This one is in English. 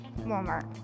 Walmart